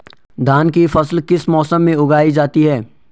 धान की फसल किस मौसम में उगाई जाती है?